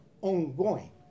ongoing